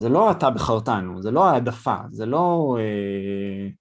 זה לא אתה בחרתנו, זה לא ההעדפה, זה לא...